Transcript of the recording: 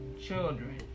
children